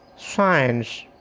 Science